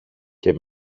και